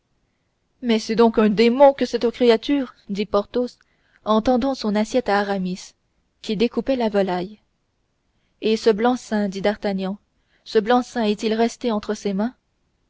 mais c'est donc un démon que cette créature dit porthos en tendant son assiette à aramis qui découpait une volaille et ce blanc seing dit d'artagnan ce blanc seing est-il resté entre ses mains